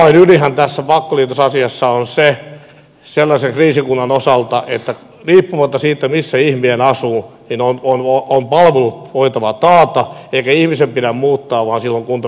avainydinhän tässä pakkoliitosasiassa sellaisen kriisikunnan osalta on se että riippumatta siitä missä ihminen asuu on palvelut voitava taata eikä ihmisen pidä muuttaa vaan silloin kunta pitää yhdistää